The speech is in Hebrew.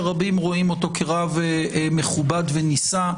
שרבים רואים אותו כרכב מכובד ונישא,